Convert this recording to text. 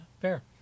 Fair